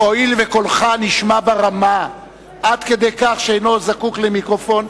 הואיל וקולך נשמע ברמה עד כדי כך שאינו זקוק למיקרופון,